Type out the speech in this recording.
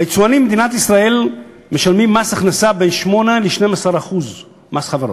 היצואנים במדינת ישראל משלמים מס הכנסה בין 8% ל-12% מס חברות.